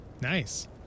Nice